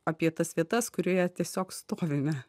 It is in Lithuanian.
apie tas vietas kurioje tiesiog stovime